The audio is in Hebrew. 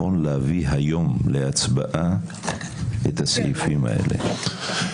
להביא היום להצבעה את הסעיפים האלה?